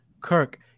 Kirk